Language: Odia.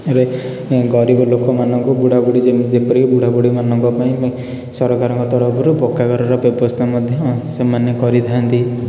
ରେ ଗରିବ ଲୋକମାନଙ୍କୁ ବୁଢା ବୁଢ଼ୀ ଯେମିତି ଯେପରିକି ବୁଢା ବୁଢ଼ୀମାନଙ୍କ ପାଇଁ ସରକାରଙ୍କ ତରଫରୁ ପକ୍କା ଘରର ବ୍ୟବସ୍ଥା ମଧ୍ୟ ସେମାନେ କରିଥାନ୍ତି